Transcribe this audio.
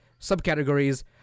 subcategories